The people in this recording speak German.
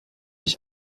ich